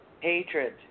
hatred